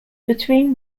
between